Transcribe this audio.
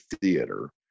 theater